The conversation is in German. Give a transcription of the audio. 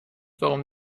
warum